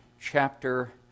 chapter